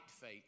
faith